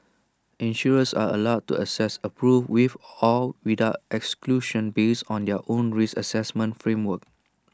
insurers are allowed to assess approve with or without exclusions based on their own risk Assessment framework